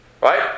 Right